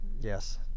Yes